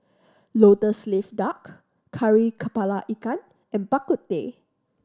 Lotus Leaf Duck Kari Kepala Ikan and Bak Kut Teh